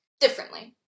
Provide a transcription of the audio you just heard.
differently